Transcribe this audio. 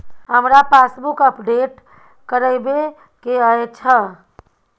हमरा passbook update करैबे के अएछ?